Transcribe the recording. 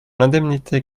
l’indemnité